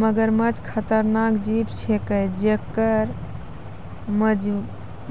मगरमच्छ खतरनाक जीव छिकै जेक्कर